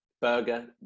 burger